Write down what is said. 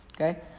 Okay